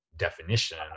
definition